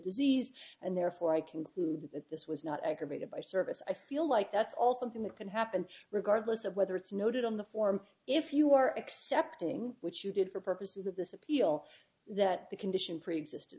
disease and therefore i concluded that this was not aggravated by service i feel like that's also thing that can happen regardless of whether it's noted on the form if you are accepting which you did for purposes of this appeal that the condition preexist